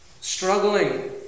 struggling